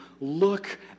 look